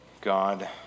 God